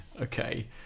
Okay